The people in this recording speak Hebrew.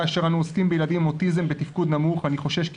כאשר אנו עוסקים בילדים עם אוטיזם בתפקוד נמוך אני חושש כי